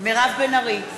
מירב בן ארי,